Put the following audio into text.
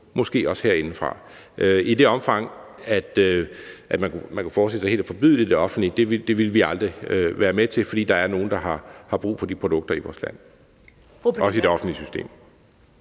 måske også herindefra. I det omfang, at man kan forestille sig helt at forbyde det i det offentlige, ville vi aldrig være med til det, fordi der er nogen, der har brug for de produkter i vores land – også i det offentlige system.